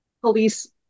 police